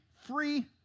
free